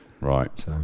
Right